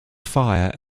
fire